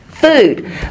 Food